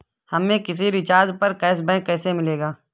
हमें किसी रिचार्ज पर कैशबैक कैसे मिलेगा?